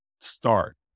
start